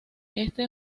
este